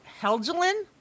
Helgelin